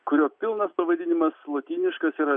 kurio pilnas pavadinimas lotyniškas yra